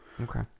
Okay